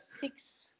six